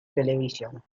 televisión